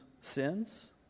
sins